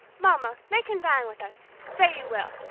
mamma, make him dine with us! say you will